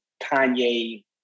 Kanye